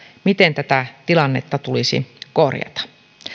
miten tätä tilannetta tulisi korjata